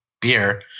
beer